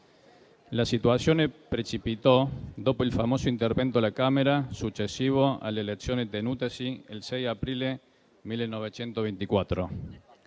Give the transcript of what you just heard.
La situazione precipitò dopo il famoso intervento alla Camera, successivo alle elezioni tenutesi il 6 aprile 1924.